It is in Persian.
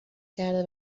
کرده